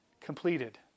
completed